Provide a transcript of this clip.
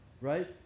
Right